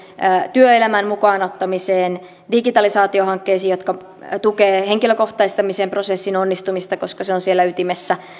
työelämän mukaan ottamiseen digitalisaatiohankkeisiin jotka tukevat henkilökohtaistamisen prosessin onnistumista koska se on siellä ytimessä